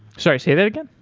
sorry. say that again.